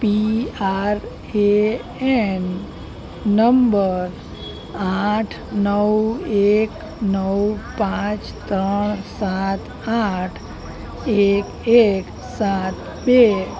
P R A N number આઠ નવ એક નવ પાંચ ત્રણ સાત આઠ એક એક સાત બે